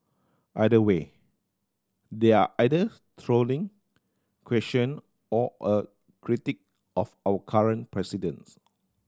either way there are either trolling question or a critique of our current presidents